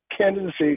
candidacy